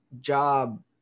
job